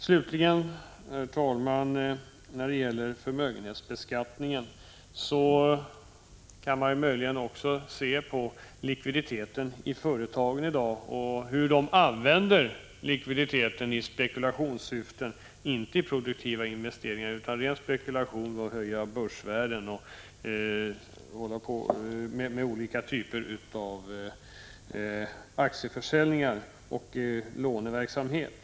Slutligen, herr talman, beträffande förmögenhetsbeskattning kan man möjligen se på hur företagen i dag använder likviditeten. Det är i spekulationssyfte, inte till produktiva investeringar utan till ren spekulation och till att höja börsvärden med olika typer av aktieförsäljningar och låneverksamhet.